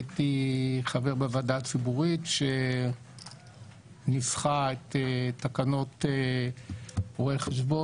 הייתי חבר בוועדה הציבורית שניסחה את תקנות רואי החשבון